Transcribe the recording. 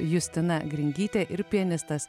justina gringytė ir pianistas